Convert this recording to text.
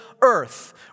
earth